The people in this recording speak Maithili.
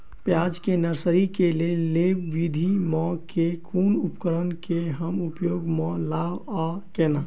प्याज केँ नर्सरी केँ लेल लेव विधि म केँ कुन उपकरण केँ हम उपयोग म लाब आ केना?